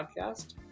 Podcast